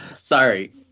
sorry